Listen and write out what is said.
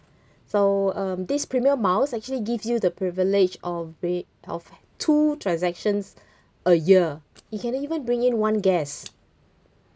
so um this premier miles actually give you the privilege of rate of two transactions a year you can even bring in one guest